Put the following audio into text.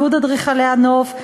איגוד אדריכלי הנוף,